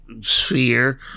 sphere